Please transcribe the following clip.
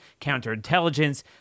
counterintelligence